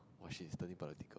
!wah! shit it's turning politic